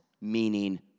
meaning